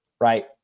right